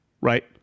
right